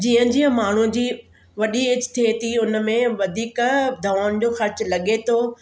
जीअं जीअं माण्हूअ जी वॾी एज थिए थी उन में वधीक दवाउनि जो ख़र्चु लॻे थो